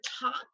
top